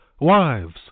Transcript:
Wives